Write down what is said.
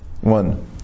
one